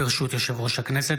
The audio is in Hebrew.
ברשות יושב ראש הכנסת,